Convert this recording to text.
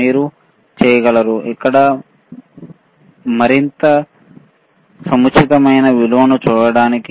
మీరు చేయగలరు ఇక్కడ మరింత సముచితమైన విలువను చూడటానికి